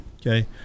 okay